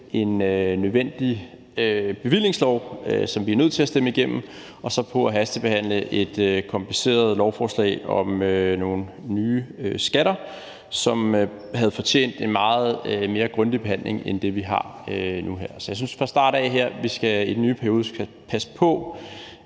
en nødvendig bevillingslov, som vi er nødt til at stemme igennem, og så at hastebehandle et kompliceret lovforslag om nogle nye skatter, som havde fortjent en meget mere grundig behandling end den, vi har nu her. Så jeg synes, at vi her fra starten af den nye periode skal passe på,